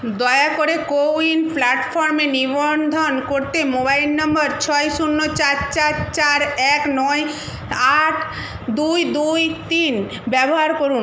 দয়া করে কোউইন প্ল্যাটফর্মে নিবন্ধন করতে মোবাইল নাম্বার ছয় শূন্য চার চার চার এক নয় আট দুই দুই তিন ব্যবহার করুন